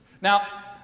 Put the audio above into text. Now